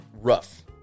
Rough